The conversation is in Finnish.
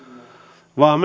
vaan